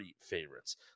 favorites